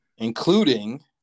Including